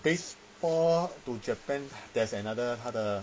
baseball to japan there's another 他的